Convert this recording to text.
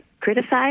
criticized